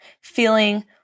feeling